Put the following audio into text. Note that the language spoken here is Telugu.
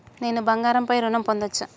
నేను బంగారం పై ఋణం పొందచ్చా?